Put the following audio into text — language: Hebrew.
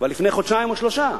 כבר לפני חודשיים ושלושה,